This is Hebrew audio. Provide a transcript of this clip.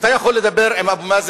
אתה יכול לדבר עם אבו מאזן,